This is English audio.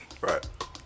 Right